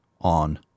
on